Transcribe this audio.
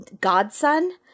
godson –